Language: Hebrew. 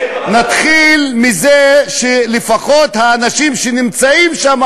נתחיל מזה שלפחות האנשים שנמצאים שם,